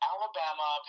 Alabama